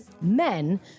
Men